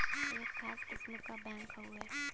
एक खास किस्म क बैंक हउवे